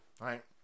right